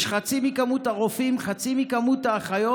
יש חצי ממספר הרופאים, חצי ממספר האחיות